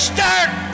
Start